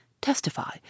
testify